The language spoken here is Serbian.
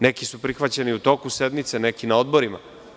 Neki su prihvaćeni u toku sednice, neki na odborima.